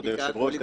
כבוד היושב-ראש,